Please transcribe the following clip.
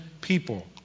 people